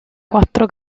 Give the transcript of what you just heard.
quattro